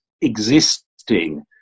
existing